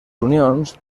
unions